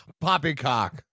poppycock